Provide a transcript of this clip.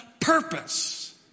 purpose